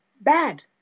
bad